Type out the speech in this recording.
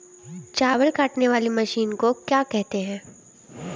चावल काटने वाली मशीन को क्या कहते हैं?